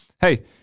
hey